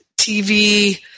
TV